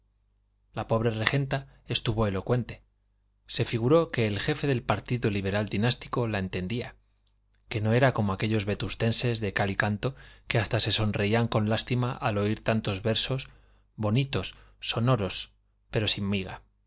la pobre regenta estuvo elocuente se figuró que el jefe del partido liberal dinástico la entendía que no era como aquellos vetustenses de cal y canto que hasta se sonreían con lástima al oír tantos versos bonitos sonorosos pero sin miga